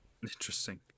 Interesting